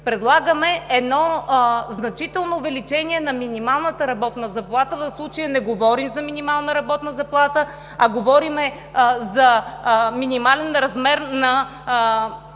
Предлагаме едно значително увеличаване на минималната работна заплата. В случая не говорим за минимална работна заплата, а говорим за минимален размер на